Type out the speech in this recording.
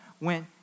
went